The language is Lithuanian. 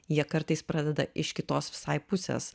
jie kartais pradeda iš kitos visai pusės